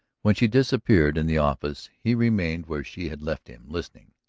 when she disappeared in the office he remained where she had left him, listening.